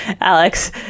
Alex